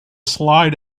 slide